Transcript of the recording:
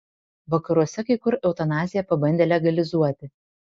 vakaruose kai kur eutanaziją pabandė legalizuoti